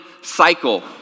cycle